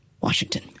Washington